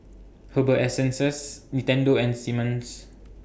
Herbal Essences Nintendo and Simmons